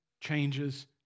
changes